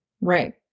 Right